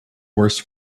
worse